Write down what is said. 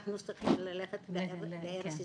אנחנו צריכים ללכת לארץ ישראל,